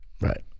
Right